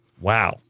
wow